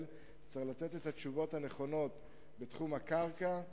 צריך לתת את התשובות הנכונות בתחום הקרקע,